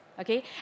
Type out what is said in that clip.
okay